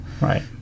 right